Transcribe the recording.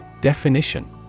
Definition